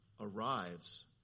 arrives